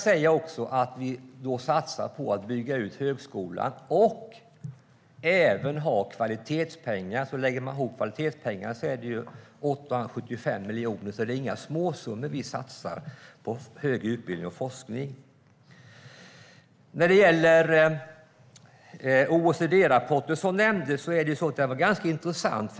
Vi satsar på att bygga ut högskolan och även ha kvalitetspengar. Om vi lägger ihop kvalitetspengarna blir det 875 miljoner. Det är inga småsummor vi satsar på hög utbildning och forskning. Fredrik Christensson nämnde OECD-rapporten. Den var intressant.